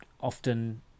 often